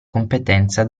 competenza